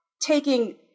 taking